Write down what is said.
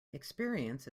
experience